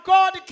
God